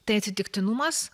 tai atsitiktinumas